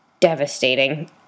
devastating